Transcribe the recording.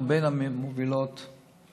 שאני חושב שאנחנו בין המובילים בעולם.